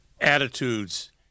attitudes